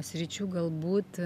sričių galbūt